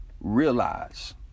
realize